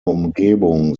umgebung